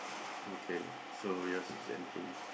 okay so yours is empty